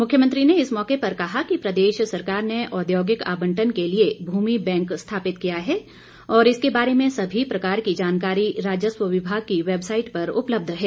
मुख्यमंत्री ने इस मौके पर कहा कि प्रदेश सरकार ने औद्योगिक आबंटन के लिए भूमि बैंक स्थापित किया है और इसके बारे में सभी प्रकार की जानकारी राजस्व विभाग की वैबसाईट पर उपलब्ध है